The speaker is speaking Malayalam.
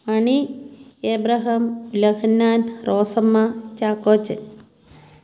അനി എബ്രഹാം ഉലഹന്നാൻ റോസമ്മ ചാക്കോച്ചൻ